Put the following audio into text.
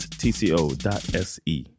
tco.se